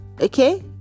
Okay